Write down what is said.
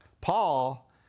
Paul